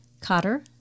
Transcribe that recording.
Cotter